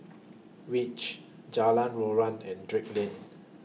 REACH Jalan Joran and Drake Lane